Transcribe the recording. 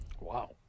Wow